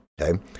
Okay